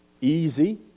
easy